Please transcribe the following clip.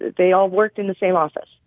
they all worked in the same office.